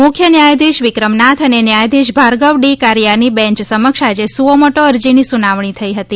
મુખ્ય ન્યાયાધીશ વિક્રમનાથ અને ન્યાયાધીશ ભાર્ગવ ડી કારીયાની બેંચ સમક્ષ આજે સુઓ મોટો અરજીની સુનાવણી થઇ હતી